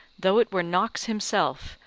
though it were knox himself,